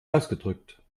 ausgedrückt